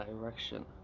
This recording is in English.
direction